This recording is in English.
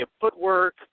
footwork